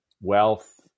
wealth